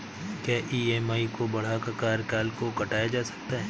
क्या ई.एम.आई को बढ़ाकर कार्यकाल को घटाया जा सकता है?